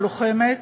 הלוחמת,